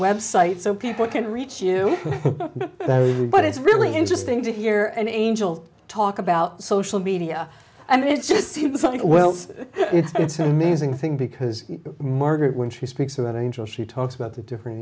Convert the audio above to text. website so people can reach you but it's really interesting to hear an angel talk about social media and it just seems like well it's an amazing thing because margaret when she speaks to an angel she talks about the different